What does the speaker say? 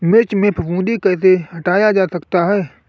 मिर्च में फफूंदी कैसे हटाया जा सकता है?